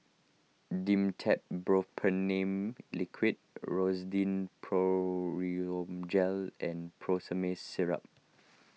Dimetapp Liquid Rosiden Gel and Syrup